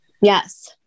Yes